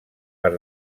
per